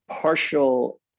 partial